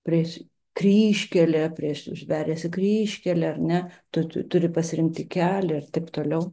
priėjus kryžkelę prieš veriasi kryžkelė ar ne tu turi pasirinkti kelią ir taip toliau